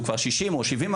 הוא כבר 60% או 70%,